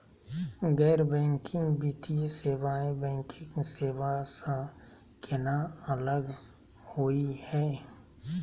गैर बैंकिंग वित्तीय सेवाएं, बैंकिंग सेवा स केना अलग होई हे?